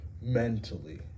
mentally